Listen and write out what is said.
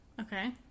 okay